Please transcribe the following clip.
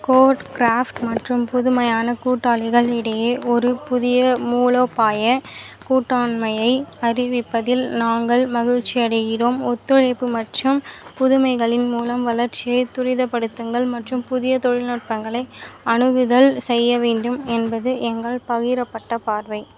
code craft மற்றும் புதுமையான கூட்டாளிகள் இடையே ஒரு புதிய மூலோபாய கூட்டாண்மையை அறிவிப்பதில் நாங்கள் மகிழ்ச்சியடைகிறோம் ஒத்துழைப்பு மற்றும் புதுமைகளின் மூலம் வளர்ச்சியை துரிதப்படுத்துங்கள் மற்றும் புதிய தொழில்நுட்பங்களை அணுகுதல் செய்ய வேண்டும் என்பது எங்கள் பகிரப்பட்ட பார்வை